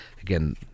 again